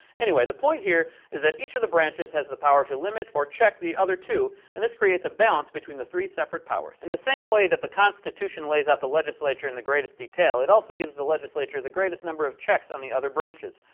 anyways, the point here is that each of the branches has the power to limit, or check, the other two and this creates a balance between the three separate powers. in the same way that the constitution lays out the legislature in the greatest detail, it also gives the legislature the greatest number of checks on the other branches.